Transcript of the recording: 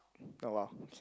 oh !wow!